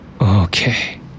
Okay